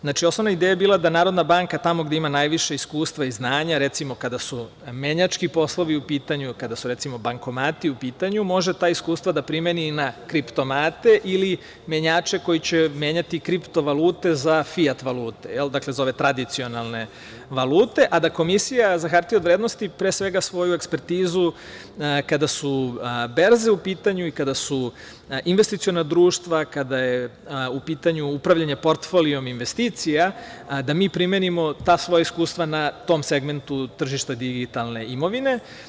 Znači, osnovna ideja je bila da Narodna banka tamo gde ima najviše iskustva i znanja, recimo, kada su menjački poslovi u pitanju, kada su, recimo, bankomati u pitanju, može ta iskustva da primeni na kriptomate ili menjače koji će menjati kriptovalulte za fiat valute, dakle, za ove tradicionalne valute, a da Komisija za hartije od vrednosti, pre svega, svoju ekspertizu kada su berze u pitanju i kada su investiciona društva, kada je u pitanju upravljanje portfoliom investicija, da mi primenimo ta svoja iskustva na segmentu tržišta digitalne imovine.